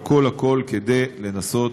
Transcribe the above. והכול הכול כדי לנסות,